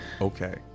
okay